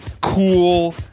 cool